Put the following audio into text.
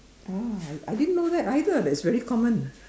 ah I didn't know that either that's very common